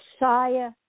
Messiah